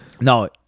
No